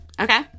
Okay